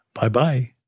Bye-bye